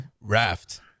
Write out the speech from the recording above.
Raft